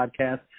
podcast